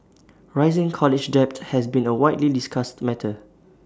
rising college debt has been A widely discussed matter